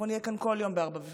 אנחנו נהיה כאן כל יום ב-04:30.